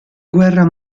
guerra